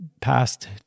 past